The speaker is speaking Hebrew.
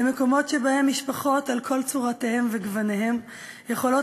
למקומות שבהם משפחות על כל צורותיהן וגוניהן יכולות